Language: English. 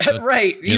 Right